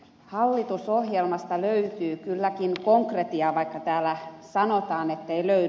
hallitusohjelmasta löytyy kylläkin konkretiaa vaikka täällä sanotaan ettei löydy